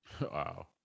Wow